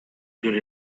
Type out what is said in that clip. good